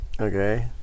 Okay